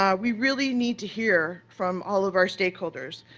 um we really need to hear from all of our stakeholders,